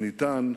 שניתן,